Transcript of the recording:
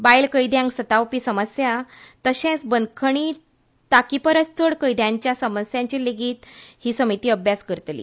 बायल कैद्यांक सतावपी समस्या तशेंच बंदखणींत तांकी परस चड कैद्यांच्यो समस्यांचेर लेगीत ही समिती अभ्यास करतली